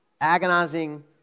agonizing